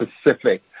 specific